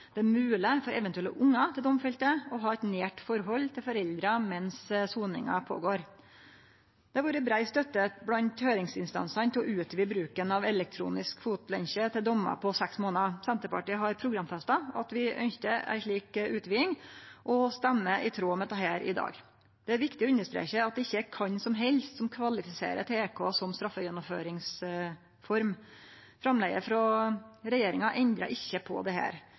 det mogleg for eventuelle ungar til den domfelte å ha eit nært forhold til forelderen medan soninga går føre seg. Det har vore brei støtte blant høyringsinstansane til å utvide bruken av elektronisk fotlenkje til dommar på seks månader. Senterpartiet har programfesta at vi ønskjer ei slik utviding, og stemmer i tråd med dette i dag. Det er viktig å understreke at det ikkje er kven som helst som kvalifiserer til EK som straffegjennomføringsform. Framlegget frå regjeringa endrar ikkje på dette. Det